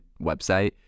website